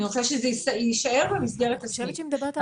אני רוצה שזה יישאר במסגרת הסניף.